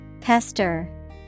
Pester